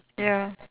ya